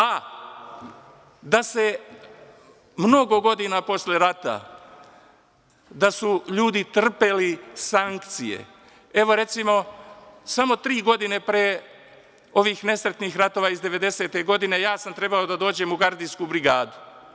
A, da se mnogo godina posle rata, da su ljudi trpeli sankcije, evo recimo samo tri godine pre ovih nesretnih ratova iz 1990. godine, ja sam trebao da dođem u gardisku brigadu.